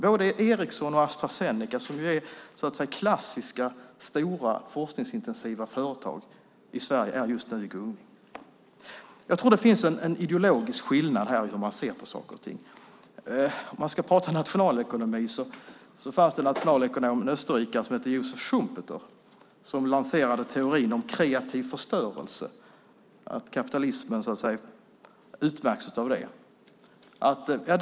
Både Ericsson och Astra Zeneca, som så att säga är klassiska, stora forskningsintensiva företag i Sverige, är just nu i gungning. Jag tror att det finns en ideologisk skillnad mellan hur vi ser på saker och ting. Om jag ska prata nationalekonomi kan jag säga att det fanns en nationalekonom, en österrikare, som hette Joseph Schumpeter. Han lanserade teorin att kapitalismen utmärks av kreativ förstörelse.